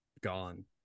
gone